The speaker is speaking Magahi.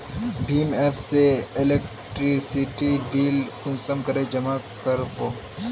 भीम एप से इलेक्ट्रिसिटी बिल कुंसम करे जमा कर बो?